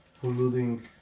polluting